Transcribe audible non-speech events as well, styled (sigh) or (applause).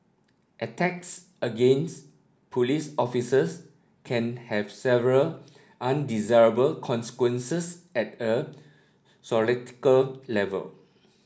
attacks against police officers can have several undesirable consequences at a (unintelligible) level